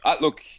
look